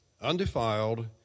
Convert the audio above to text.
undefiled